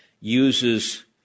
uses